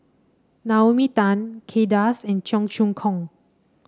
Naomi Tan Kay Das and Cheong Choong Kong